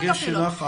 אז הדגש שלך על?